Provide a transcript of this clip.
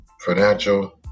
financial